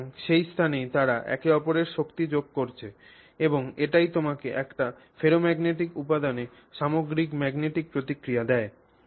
সুতরাং সেই স্থানেই তারা একে অপরের শক্তি যোগ করছে এবং এটিই তোমাকে একটি ফেরোম্যাগনেটিক উপাদানে সামগ্রিক ম্যাগনেটিক প্রতিক্রিয়া দেয়